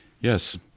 Yes